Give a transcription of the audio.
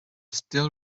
still